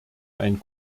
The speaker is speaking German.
ein